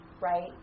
right